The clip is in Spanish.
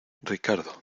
ricardo